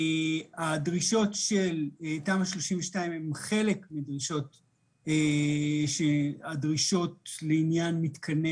הדרישות של תמ"א 32 הן חלק מהדרישות לעניין מתקני